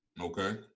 Okay